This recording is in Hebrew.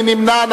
מי נמנע?